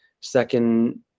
Second